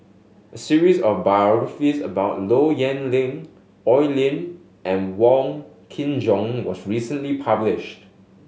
a series of biographies about Low Yen Ling Oi Lin and Wong Kin Jong was recently published